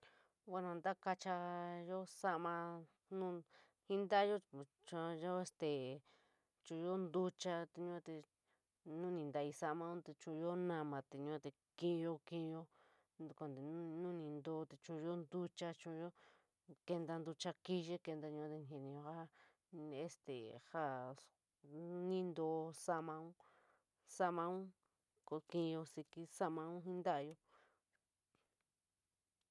Bueno, ntakeyo saiyoma nu jii ntayo chuonyo este chuoyo ntucha yua te nomp intlai saiyomaun te chuoyo namate kinyo, kinyo konte nu ni ntoo, chuoyo ntucha chuonyo kinta ntucha kiyii, kinta yua te ni jinio ja este jao ni ntoo saiyomaun, saiyomaun, koo kiiyo sikp saiyomaun jii ntayo.